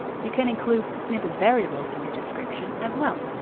you can include snippet variables in your description as well.